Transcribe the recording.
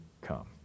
come